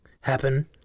happen